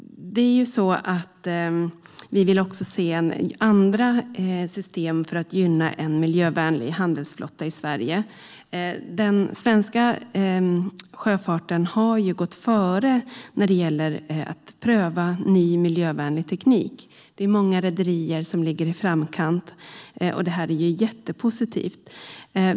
Vi vill också se andra system för att gynna en miljövänlig handelsflotta i Sverige. Den svenska sjöfarten har ju gått före när det gäller att pröva ny miljövänlig teknik. Det är många rederier som ligger i framkant, vilket är jättepositivt.